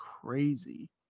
crazy